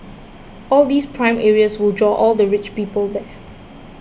all these prime areas will draw all the rich people there